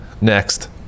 Next